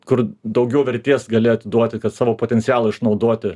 kur daugiau vertės gali atiduoti kad savo potencialą išnaudoti